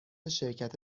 شرکت